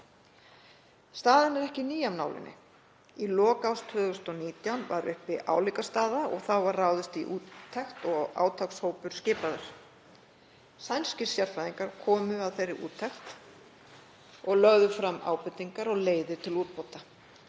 Staðan er ekki ný af nálinni. Í lok árs 2019 var uppi álíka staða og þá var ráðist í úttekt og átakshópur skipaður. Sænskir sérfræðingar komu að þeirri úttekt og lögðu fram ábendingar og leiðir til úrbóta.